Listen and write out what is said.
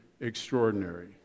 extraordinary